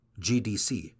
GDC